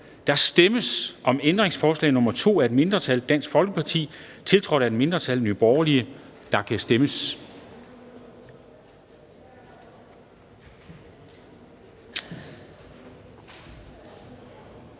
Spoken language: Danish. Der stemmes om ændringsforslag nr. 2 af et mindretal (DF), tiltrådt af et mindretal (NB), og der kan stemmes.